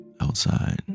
Outside